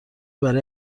برای